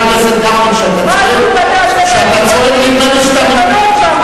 מה עשו לבנות שמה?